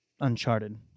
Uncharted